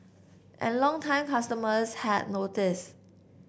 and longtime customers had noticed